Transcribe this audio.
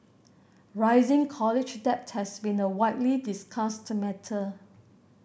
rising college debt has been a widely discussed matter